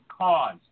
cause